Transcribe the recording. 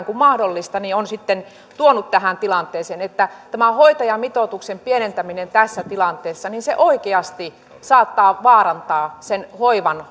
kuin mahdollista on sitten tuonut tähän tilanteeseen tämä hoitajamitoituksen pienentäminen tässä tilanteessa oikeasti saattaa vaarantaa sen hoivan